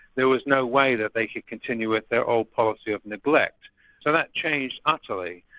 there was no way that they continue with their old policy of neglect. so that changed utterly.